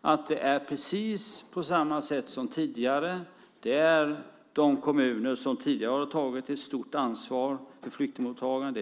att det är precis på samma sätt som tidigare. Det är de kommuner som tidigare har tagit ett stort ansvar för flyktingmottagandet.